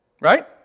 Right